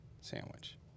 sandwich